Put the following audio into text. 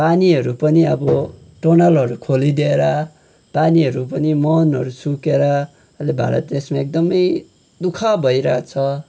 पानीहरू पनि अब टनलहरू खोलिदिएर पानीहरू पनि मुहानहरू सुकेर अहिले भारत देशमा एकदमै दु ख भइरहेछ